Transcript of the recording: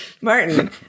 Martin